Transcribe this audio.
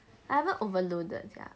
I haven't overloaded sia